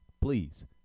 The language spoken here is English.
please